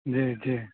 जी जी